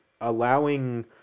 allowing